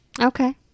Okay